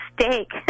steak